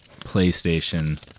PlayStation